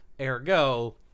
ergo